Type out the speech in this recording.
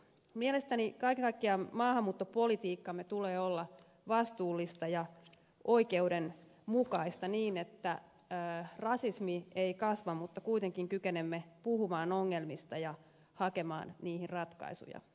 mielestäni kaiken kaikkiaan maahanmuuttopolitiikkamme tulee olla vastuullista ja oikeudenmukaista niin että rasismi ei kasva mutta kuitenkin kykenemme puhumaan ongelmista ja hakemaan niihin ratkaisuja